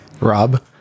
Rob